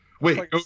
Wait